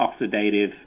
oxidative